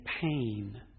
pain